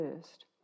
first